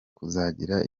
kuzagira